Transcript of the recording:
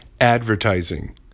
Advertising